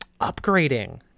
upgrading